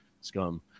Scum